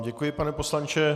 Děkuji vám, pane poslanče.